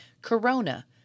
Corona